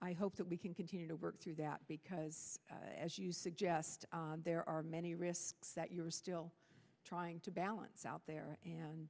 i hope that we can continue to work through that because as you suggest there are many risks that you're still trying to balance out there and